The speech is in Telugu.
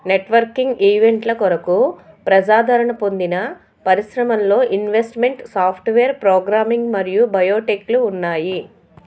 నెట్వర్కింగ్ ఈవెంట్ల కొరకు ప్రజాదరణ పొందిన పరిశ్రమల్లో ఇన్వెస్ట్మెంట్ సాఫ్ట్వేర్ ప్రోగ్రామింగ్ మరియు బయోటెక్లు ఉన్నాయి